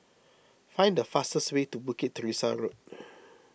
find the fastest way to Bukit Teresa Road